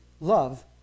love